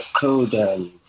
code